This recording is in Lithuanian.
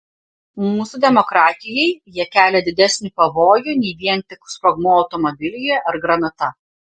mūsų demokratijai jie kelia didesnį pavojų nei vien tik sprogmuo automobilyje ar granata